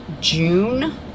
june